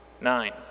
Nine